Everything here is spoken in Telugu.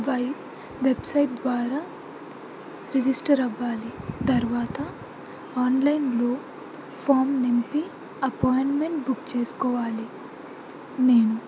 వెబ్సైట్ ద్వారా రిజిస్టర్ అవ్వాలి తర్వాత ఆన్లైన్లో ఫామ్ నింపి అపాయింట్మెంట్ బుక్ చేసుకోవాలి నేను